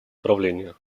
управления